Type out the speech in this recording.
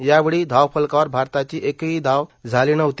यावेळी धावफलकावर भारताची एकही धाव झाली नव्हती